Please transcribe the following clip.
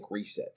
resets